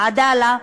"עדאלה",